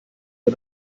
wir